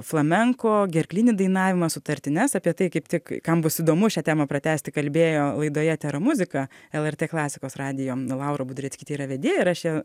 flamenko gerklinį dainavimą sutartines apie tai kaip tik kam bus įdomu šią temą pratęsti kalbėjo laidoje tera muzika lrt klasikos radijo laura budreckytė yra vedėja ir aš ją